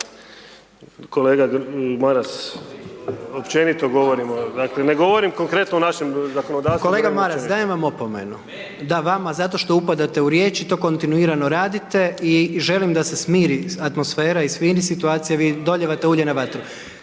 kolega Maras, općenito govorim, dakle, ne govorim konkretno o našem zakonodavstvu. **Jandroković, Gordan (HDZ)** Kolega Maras dajem vam opomenu. …/Upadica se ne čuje./… Da vama, zato što upadate u riječ i to kontinuirano radite i želim da se smiri atmosfera i smiri situacija vi dolijevate ulje na vatru.